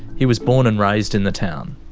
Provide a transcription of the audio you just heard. he was born and raised in the town.